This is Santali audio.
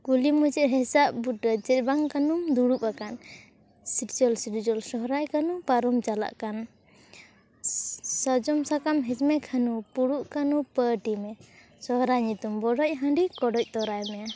ᱠᱩᱞᱦᱤ ᱢᱩᱪᱟᱹᱫ ᱦᱮᱥᱟᱜ ᱵᱩᱴᱟᱹ ᱪᱮᱫ ᱵᱟᱝ ᱠᱟᱹᱱᱩᱢ ᱫᱩᱲᱩᱵ ᱟᱠᱟᱱ ᱥᱤᱨᱡᱚᱞᱼᱥᱤᱨᱡᱚᱞ ᱥᱚᱨᱦᱟᱭ ᱠᱟᱹᱱᱩ ᱯᱟᱨᱚᱢ ᱪᱟᱞᱟᱜ ᱠᱟᱱ ᱥᱟᱨᱡᱚᱢ ᱥᱟᱠᱟᱢ ᱦᱮᱡᱢᱮ ᱠᱟᱹᱱᱩ ᱯᱷᱩᱲᱩᱜ ᱠᱟᱱᱩ ᱯᱟᱹᱴᱤᱢᱮ ᱥᱚᱨᱦᱟᱭ ᱧᱩᱛᱩᱢ ᱵᱚᱰᱚᱡ ᱦᱟᱸᱰᱤ ᱠᱚᱰᱚᱡ ᱛᱚᱨᱟᱭᱢᱮ